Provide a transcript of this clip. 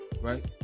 Right